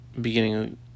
beginning